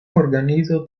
organizo